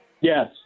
Yes